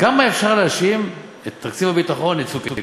כמה אפשר להאשים את תקציב הביטחון ואת "צוק איתן"?